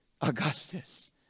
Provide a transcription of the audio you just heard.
Augustus